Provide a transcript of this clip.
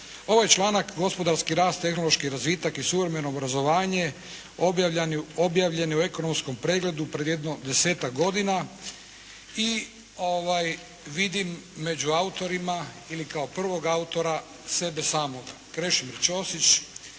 Ovaj članak gospodarski rast, tehnološki razvitak i suvremeno obrazovanje objavljen je u ekonomskom pregledu pred jedno desetak godina i vidim među autorima ili kao prvog autora sebe samog. Krešimir Ćosić